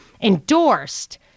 endorsed